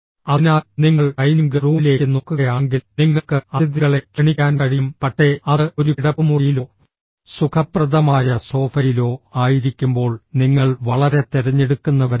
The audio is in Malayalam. അതിനാൽ നിങ്ങൾ ഡൈനിംഗ് റൂമിലേക്ക് നോക്കുകയാണെങ്കിൽ നിങ്ങൾക്ക് അതിഥികളെ ക്ഷണിക്കാൻ കഴിയും പക്ഷേ അത് ഒരു കിടപ്പുമുറിയിലോ സുഖപ്രദമായ സോഫയിലോ ആയിരിക്കുമ്പോൾ നിങ്ങൾ വളരെ തിരഞ്ഞെടുക്കുന്നവരാണ്